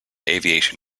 aviation